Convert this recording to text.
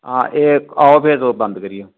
आं एह् आओ फ्ही तुस बंद करियै